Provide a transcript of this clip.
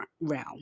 realm